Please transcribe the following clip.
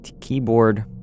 keyboard